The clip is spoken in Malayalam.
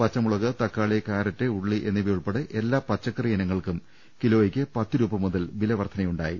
പച്ചമുളക് തക്കാളി കാരറ്റ് ഉള്ളി ഉൾപെടെ എല്ലാ പച്ചക്കറി ഇനങ്ങൾക്കും കിലോ യ്ക്ക് പത്തുരൂപ മുതൽ വില വർധനവുണ്ടായി